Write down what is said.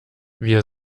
wir